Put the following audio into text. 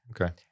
okay